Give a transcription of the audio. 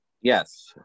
Yes